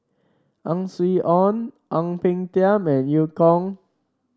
Ang Swee Aun Ang Peng Tiam and Eu Kong